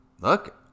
Look